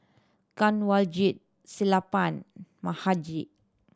Kanwaljit Sellapan Mahade